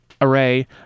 array